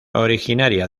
originaria